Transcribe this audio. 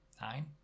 nine